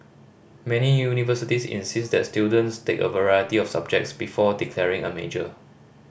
many universities insist that students take a variety of subjects before declaring a major